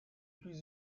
plus